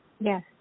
Yes